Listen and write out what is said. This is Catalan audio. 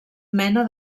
mena